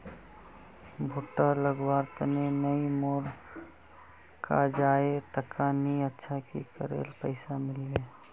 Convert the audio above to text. भुट्टा लगवार तने नई मोर काजाए टका नि अच्छा की करले पैसा मिलबे?